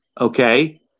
okay